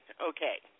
okay